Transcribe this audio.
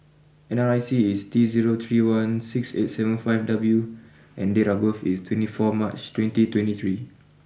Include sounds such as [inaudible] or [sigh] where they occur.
N R I C is T zero three one six eight seven five W and date of birth is twenty four March twenty twenty three [noise]